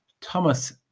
thomas